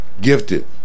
gifted